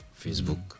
Facebook